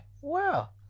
Wow